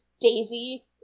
Daisy